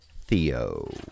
Theo